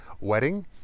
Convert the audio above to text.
wedding